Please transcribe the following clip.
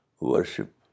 worship